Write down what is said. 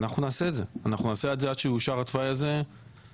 אנחנו נעשה את זה עד שיאושר התוואי הזה בתוך